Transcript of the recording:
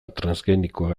transgenikoa